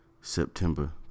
September